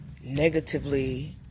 negatively